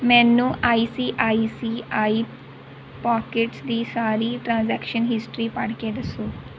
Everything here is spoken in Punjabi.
ਮੈਨੂੰ I C I C I pockets ਦੀ ਸਾਰੀ ਟ੍ਰਾਂਜੈਕਸ਼ਨ ਹਿਸਟਰੀ ਪੜ੍ਹ ਕੇ ਦੱਸੋ